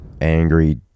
angry